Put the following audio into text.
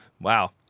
Wow